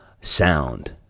sound